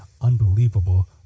unbelievable